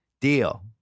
deal